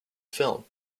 film